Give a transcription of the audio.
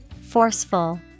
Forceful